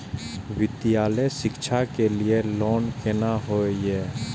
विद्यालय शिक्षा के लिय लोन केना होय ये?